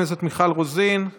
מגיע משני צידי הבית, לדעתי, צריך,